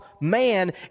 man